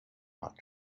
hat